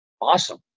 Awesome